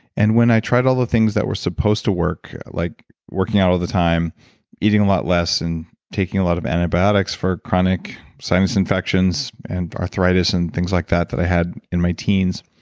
and when i tried all the things that were supposed to work, like working out all the time eating a lot less and taking a lot of antibiotics for chronic sinus infections, and arthritis and things like that that i had in my teens.